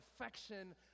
affection